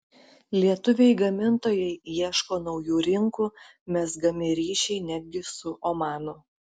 lietuviai gamintojai ieško naujų rinkų mezgami ryšiai netgi su omanu